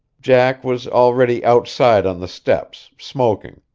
jack was already outside on the steps, smoking.